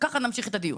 ככה נמשיך את הדיון.